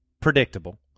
predictable